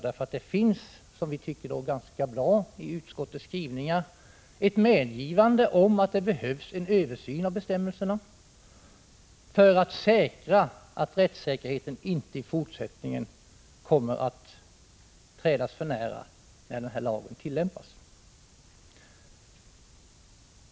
I utskottets skrivning finns ett, som vi tycker, ganska bra medgivande om att det behövs en översyn av bestämmelserna för att säkra att rättssäkerheten inte i fortsättningen kommer att trädas för nära när denna lag tillämpas.